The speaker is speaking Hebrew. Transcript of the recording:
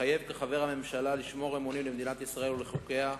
מתחייב כחבר הממשלה לשמור אמונים למדינת ישראל ולחוקיה,